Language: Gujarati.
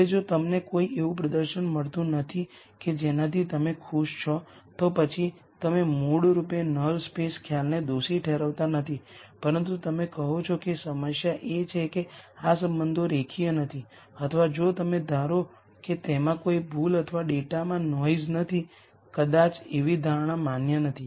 હવે જો તમને કોઈ એવું પ્રદર્શન મળતું નથી કે જેનાથી તમે ખુશ છો તો પછી તમે મૂળરૂપે નલ સ્પેસ ખ્યાલને દોષી ઠેરવતા નથી પરંતુ તમે કહો છો કે સમસ્યા એ છે કે આ સંબંધો રેખીય નથી અથવા જો તમે ધારો કે તેમાં કોઈ ભૂલ અથવા ડેટામાં નોઈઝ નથી કદાચ એવી ધારણા માન્ય નથી